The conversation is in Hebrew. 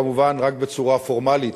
כמובן רק בצורה פורמלית,